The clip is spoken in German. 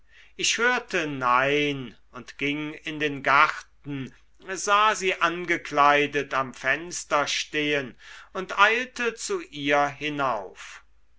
ich hörte nein und ging in den garten sah sie angekleidet am fenster stehen und eilte zu ihr hinauf